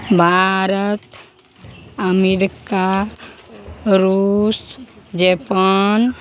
Bharat America रूस Japan